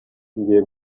njyiye